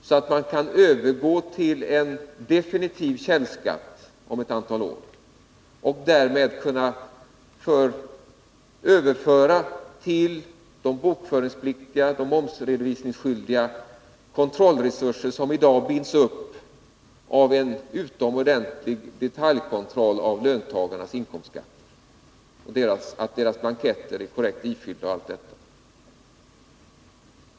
Då skulle vi kunna övergå till en definitiv källskatt om ett antal år, och därmed också kunna överföra kontrollresurser avseende de bokföringspliktiga och de momsredovisningsskyldiga. De resurserna binds i dag upp av den utomordentligt ingående detaljkontrollen av löntagarnas inkomstskatt, av kontrollen av att deras blanketter är korrekt ifyllda osv.